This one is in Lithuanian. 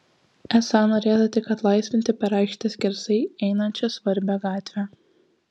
esą norėta tik atlaisvinti per aikštę skersai einančią svarbią gatvę